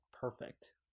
Perfect